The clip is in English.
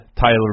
Tyler